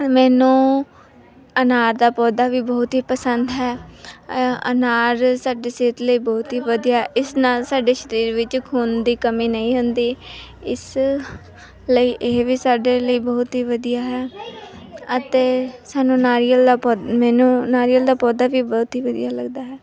ਮੈਨੂੰ ਅਨਾਰ ਦਾ ਪੌਦਾ ਵੀ ਬਹੁਤ ਹੀ ਪਸੰਦ ਹੈ ਅ ਅਨਾਰ ਸਾਡੀ ਸਿਹਤ ਲਈ ਬਹੁਤ ਹੀ ਵਧੀਆ ਇਸ ਨਾਲ ਸਾਡੇ ਸਰੀਰ ਵਿੱਚ ਖੂਨ ਦੀ ਕਮੀ ਨਹੀਂ ਹੁੰਦੀ ਇਸ ਲਈ ਇਹ ਵੀ ਸਾਡੇ ਲਈ ਬਹੁਤ ਹੀ ਵਧੀਆ ਹੈ ਅਤੇ ਸਾਨੂੰ ਨਾਰੀਅਲ ਦਾ ਪੌਦ ਮੈਨੂੰ ਨਾਰੀਅਲ ਦਾ ਪੌਦਾ ਵੀ ਬਹੁਤ ਹੀ ਵਧੀਆ ਲੱਗਦਾ ਹੈ